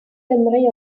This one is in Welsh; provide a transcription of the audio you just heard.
gymru